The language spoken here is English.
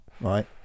Right